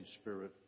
spirit